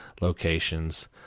Locations